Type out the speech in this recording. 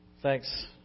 Thanks